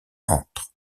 entrent